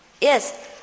Yes